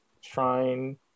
shrine